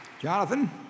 Jonathan